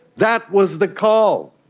that was the call,